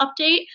update